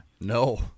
no